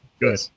Good